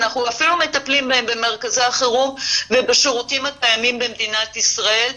אנחנו אפילו מטפלים בהם במרכזי החירום ובשירותים הקיימים במדינת ישראל,